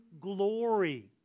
glory